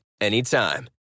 anytime